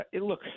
look